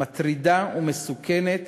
מטרידה ומסוכנת.